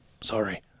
sorry